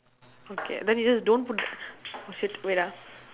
okay then you just don't put shit wait ah